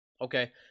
Okay